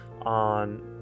on